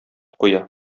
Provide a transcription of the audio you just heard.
куя